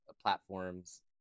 platforms